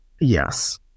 yes